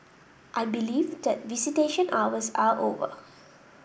I believe that visitation hours are over